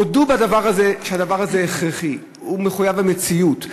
הודו שזה הכרחי ומחויב המציאות.